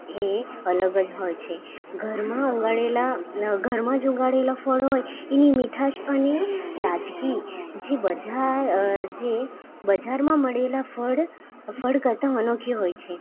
એ અલગ જ હોય છે ઘરમાં ઉગાડેલા ઘરમાં જ ઉગાડેલા ફળ હોય એની મીઠાસ અને તાજગી જે બજાર જે બજારમાં મળેલા ફળ ફળ કરતાં અનોખી હોય છે